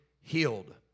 healed